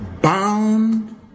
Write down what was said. bound